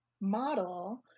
model